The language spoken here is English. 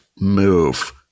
move